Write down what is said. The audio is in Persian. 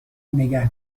نگه